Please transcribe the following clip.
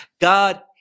God